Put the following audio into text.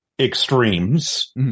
extremes